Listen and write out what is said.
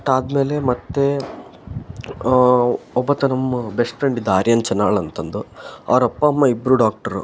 ಅಷ್ಟಾದ್ಮೇಲೆ ಮತ್ತು ಒಬ್ಬಾತ ನಮ್ಮ ಬೆಸ್ಟ್ ಫ್ರೆಂಡ್ ಇದ್ದ ಆರ್ಯನ್ ಚನ್ನಾಳ್ ಅಂತಂದು ಅವರಪ್ಪ ಅಮ್ಮ ಇಬ್ಬರೂ ಡಾಕ್ಟ್ರು